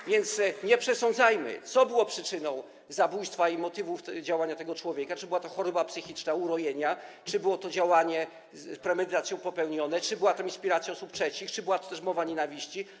A więc nie przesądzajmy, co było przyczyną zabójstwa i motywem działania tego człowieka, czy była to choroba psychiczna, urojenia, czy było to działanie z premedytacją popełnione, czy była tam inspiracja osób trzecich, czy była to też mowa nienawiści.